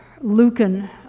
Lucan